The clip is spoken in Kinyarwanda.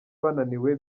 bananiwe